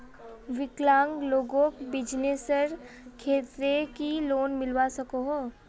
विकलांग लोगोक बिजनेसर केते की लोन मिलवा सकोहो?